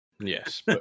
Yes